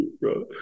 bro